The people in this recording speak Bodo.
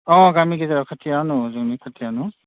अ गामि गेजेराव खाथियावनो जोंनि खाथियावनो